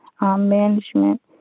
management